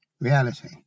reality